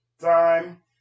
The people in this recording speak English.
time